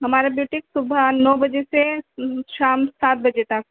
ہماری بوٹیک صبح نو بجے سے شام سات بجے تک